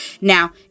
Now